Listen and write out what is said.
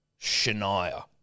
Shania